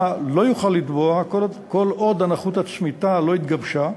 לא יוכל לתבוע כל עוד הנכות הצמיתה לא התגבשה,